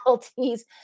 difficulties